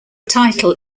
title